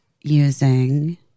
using